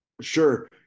sure